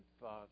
father